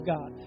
God